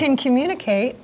can communicate